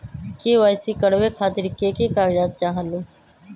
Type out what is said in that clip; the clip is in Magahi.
के.वाई.सी करवे खातीर के के कागजात चाहलु?